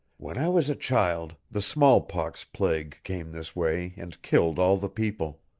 when i was a child the smallpox plague came this way and killed all the people.